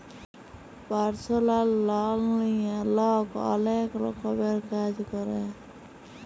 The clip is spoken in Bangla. পারসলাল লল লিঁয়ে লক অলেক রকমের কাজ ক্যরে